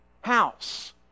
house